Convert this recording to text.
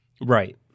Right